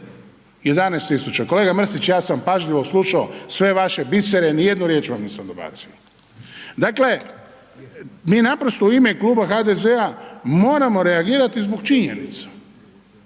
11.000. Kolega Mrsić ja sam pažljivo slušao sve vaše bisere ni jednu riječ vam nisam dobacio. Dakle, mi naprosto u ime Kluba HDZ-a moramo reagirati zbog činjenica